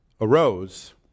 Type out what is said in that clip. arose